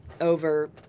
over